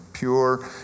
Pure